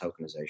tokenization